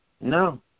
No